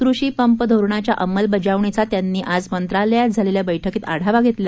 कृषी पंप धोरणाच्या अंमलबजावणीचा त्यांनी आज मंत्रालयात झालेल्या बैठकीत आढावा घेतला